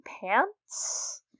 pants